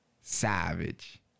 savage